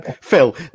Phil